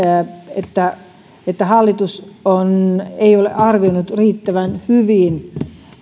että että hallitus ei ole arvioinut riittävän hyvin